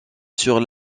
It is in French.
sur